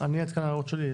ההערות שלי.